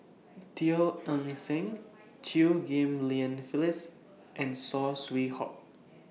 Teo Eng Seng Chew Ghim Lian Phyllis and Saw Swee Hock